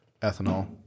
Ethanol